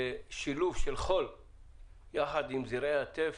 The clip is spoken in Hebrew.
שילוב של חול יחד עם זרעי הטף.